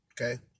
okay